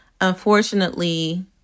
unfortunately